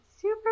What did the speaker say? super